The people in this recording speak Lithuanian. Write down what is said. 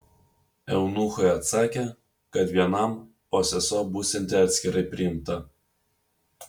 eunuchai atsakė kad vienam o sesuo būsianti atskirai priimta